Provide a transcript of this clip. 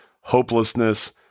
hopelessness